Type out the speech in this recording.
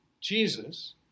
Jesus